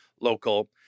local